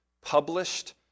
published